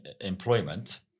employment